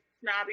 snobby